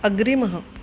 अग्रिमः